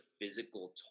physical